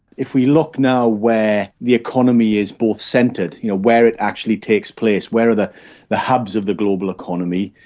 if we look now where the economy is both centred, you know where it actually takes place, where are the the hubs of the global economy,